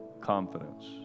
confidence